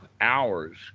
hours